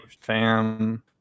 fam